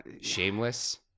shameless